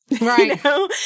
Right